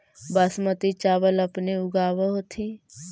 बासमती चाबल अपने ऊगाब होथिं?